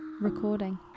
recording